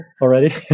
already